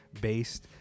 based